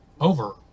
over